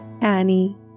Annie